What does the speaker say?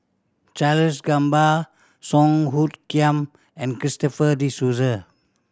Charles Gamba Song Hoot Kiam and Christopher De Souza